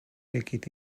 líquid